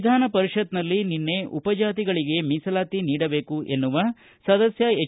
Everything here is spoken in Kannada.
ವಿಧಾನಪರಿಷತ್ನಲ್ಲಿ ನಿನ್ನೆ ಉಪಜಾತಿಗಳಿಗೆ ಮೀಸಲಾತಿ ನೀಡಬೇಕು ಎನ್ನುವ ಸದಸ್ಯ ಎಚ್